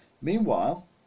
Meanwhile